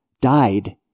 died